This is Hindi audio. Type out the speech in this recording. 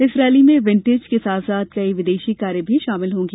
इस रैली में विण्टेज के साथ साथ कई विदेशी कारें भी शामिल होंगी